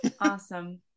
awesome